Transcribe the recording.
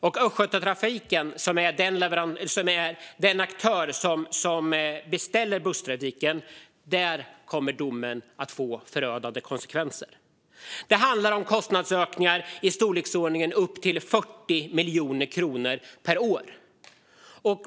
För Östgötatrafiken - den aktör som beställer busstrafiken - kommer domen att få förödande konsekvenser. Det handlar om kostnadsökningar i storleksordningen 40 miljoner kronor per år.